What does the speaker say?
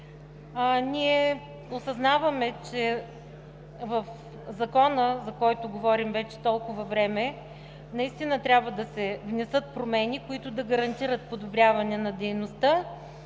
Ние осъзнаваме, че в Закона, за който говорим вече толкова време, трябва да се внесат промени, които да гарантират подобряване на дейността,